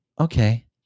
Okay